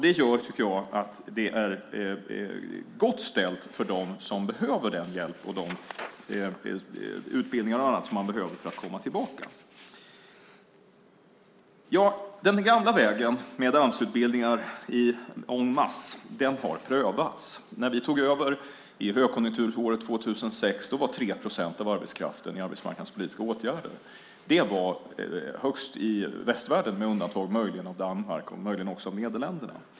Det gör att det är gott ställt för dem som behöver hjälp och utbildningar och annat för att komma i gång. Den gamla vägen med Amsutbildningar en masse har prövats. När vi tog över i högkonjunkturåret 2006 var 3 procent av arbetskraften i arbetsmarknadspolitiska åtgärder. Det var högst i västvärlden med undantag möjligen för Danmark och Nederländerna.